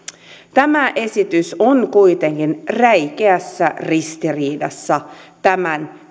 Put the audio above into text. tämä esitys on kuitenkin räikeässä ristiriidassa tämän